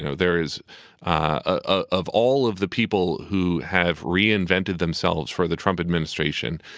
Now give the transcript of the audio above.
you know there is ah of all of the people who have reinvented themselves for the trump administration.